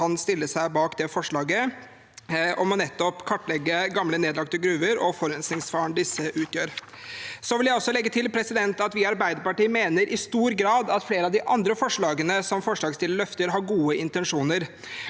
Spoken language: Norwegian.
kan stille seg bak forslaget om å kartlegge gamle, nedlagte gruver og forurensningsfaren disse utgjør. Jeg vil også legge til at vi i Arbeiderpartiet i stor grad mener at flere av de andre forslagene som forslagsstillerne løfter, har gode intensjoner,